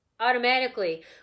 automatically